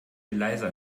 leiser